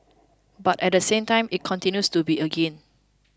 but at the same time it continues to be a gain